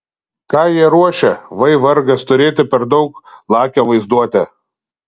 ką jie ruošia vai vargas turėti per daug lakią vaizduotę